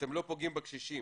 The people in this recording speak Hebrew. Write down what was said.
אתם לא פוגעים בקשישים.